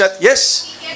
yes